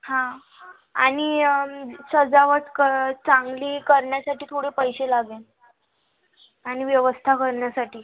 हा आणि सजावट क चांगली करण्यासाठी थोडे पैसे लागेल आणि व्यवस्था करण्यासाठी